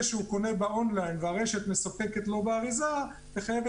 שהוא קונה באון-ליין והרשת מספקת לו באריזה - ללכת